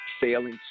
failing